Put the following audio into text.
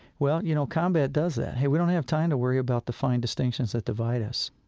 well, you know, combat does that. hey, we don't have time to worry about the fine distinctions that divide us